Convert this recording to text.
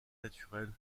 naturelle